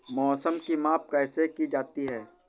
मौसम की माप कैसे की जाती है?